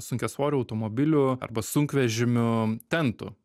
sunkiasvorių automobilių arba sunkvežimių tentų